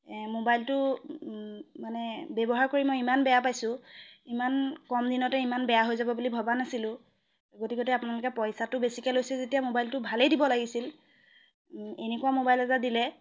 এ মোবাইলটো মানে ব্যৱহাৰ কৰি মই ইমান বেয়া পাইছোঁ ইমান কম দিনতে ইমান বেয়া হৈ যাব বুলি ভবা নাছিলোঁ গতিকতে আপোনালোকে পইচাটো বেছিকৈ লৈছে যেতিয়া মোবাইলটো ভালেই দিব লাগিছিল এনেকুৱা মোবাইল এটা দিলে